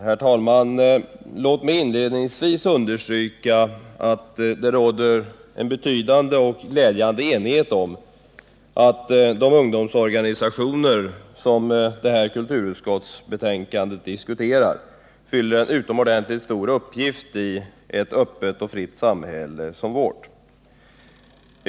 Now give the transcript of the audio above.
Herr talman! Låt mig inledningsvis understryka att det råder en betydande och glädjande enighet om att de ungdomsorganisationer som kulturutskottets betänkande diskuterar fyller en utomordentligt stor uppgift i ett öppet och fritt samhälle som vårt.